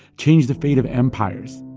changed the fate of empires,